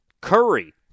Curry